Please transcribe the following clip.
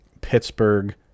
Pittsburgh